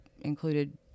included